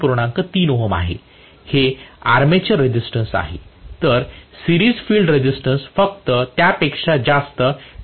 3ओहम आहे जे armature resistance आहे तर सिरिज फील्ड रेसिस्टन्स फक्त त्यापेक्षा जास्त 0